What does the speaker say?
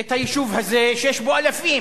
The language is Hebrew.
את היישוב הזה, שיש בו אלפים,